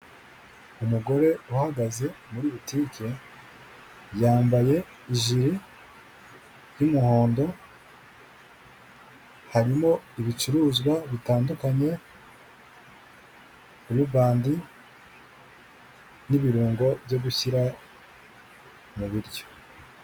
Umugore uhagaze muri butike yambaye jiri y'umuhondo, harimo ibicuruzwa bitandukanye, blue band n'ibirungo byo gushyira mu biryo.